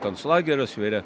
konclagerio atsveria